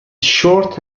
short